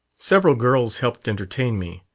several girls helped entertain me.